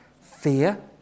fear